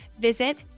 visit